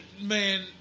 man